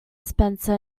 spencer